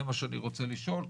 זה מה שאני רוצה לשאול.